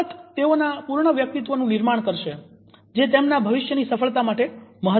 આ બાબત તેઓના પૂર્ણ વ્યક્તિત્વનું નિર્માણ કરશે જે તેમના ભવિષ્યની સફળતા માટે મહત્વપૂર્ણ છે